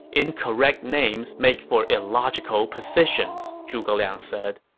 incorrect names make for illogical positions zhuge liang said.